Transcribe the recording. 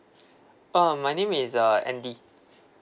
um my name is uh andy